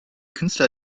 künstler